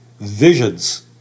visions